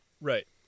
Right